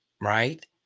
right